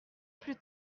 plus